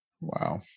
Wow